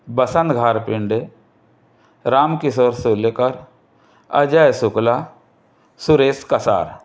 बसन घारपिंड राम किशोर सेलेकर अजय शुक्ला सुरेश कसार